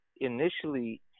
initially